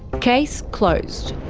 case closed.